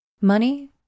Money